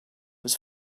was